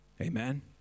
Amen